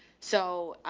so,